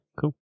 cool